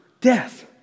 death